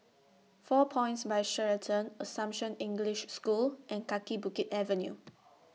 four Points By Sheraton Assumption English School and Kaki Bukit Avenue